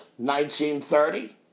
1930